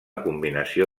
combinació